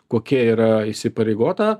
kokia yra įsipareigota